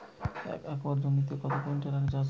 এক একর জমিতে কত কুইন্টাল আলু ফলে?